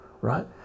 right